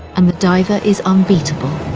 and the diver is unbeatable.